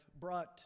brought